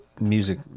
music